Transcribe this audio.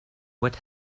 what